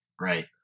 right